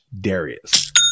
Darius